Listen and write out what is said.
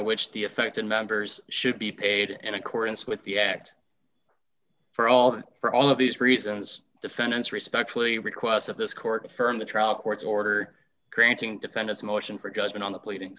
which the affected members should be paid in accordance with the act for all for all of these reasons defendants respectfully request that this court affirmed the trial court's order granting defendant's motion for judgment on the pleading